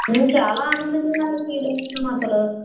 మేము చాలా ఆనందంగా ఫీల్ అవుతున్నామసలు